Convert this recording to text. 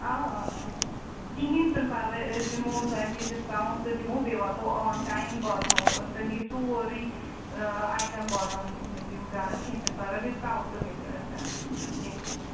آ آ آ کِہیٖنۍ چھُنہٕ پرواے أسۍ دِمَو تۄہہِ ڈِسکاوُنٹ تہٕ دِمَو بیٚیہِ واتَو آن ٹایِم واتہٕ ناوَو أسۍ توہہِ یہِ سورٕے آیٹَم واتَن تُہٕنٛد یِم گَرٕ کیٚنہہ چھُنہٕ پرواے ڈِسکاوُنٹ تہِ ملہِ اَسن کیٚنہہ چھُنہٕ